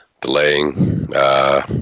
delaying